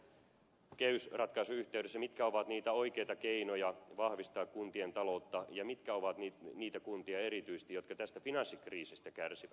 hallitus katsoo kehysratkaisun yhteydessä mitkä ovat niitä oikeita keinoja vahvistaa kuntien taloutta ja mitkä ovat niitä kuntia erityisesti jotka tästä finanssikriisistä kärsivät